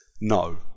No